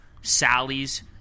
Sally's